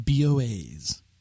BOAs